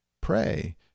pray